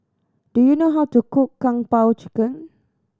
do you know how to cook Kung Po Chicken